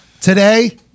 Today